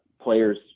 players